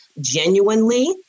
genuinely